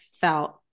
felt